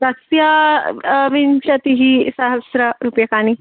तस्य विंशतिः सहस्ररूप्यकाणि